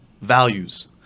values